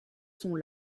sont